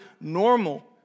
normal